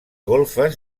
golfes